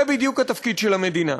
זה בדיוק התפקיד של המדינה.